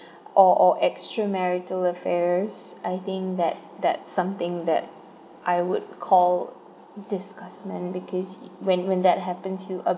or or extramarital affairs I think that that's something that I would call disgustment because when when that happens you